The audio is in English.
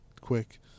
quick